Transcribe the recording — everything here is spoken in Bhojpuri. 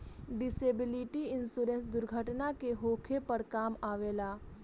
डिसेबिलिटी इंश्योरेंस दुर्घटना के होखे पर काम अवेला